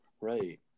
Right